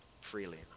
freely